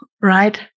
right